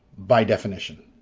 by definition.